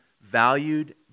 valued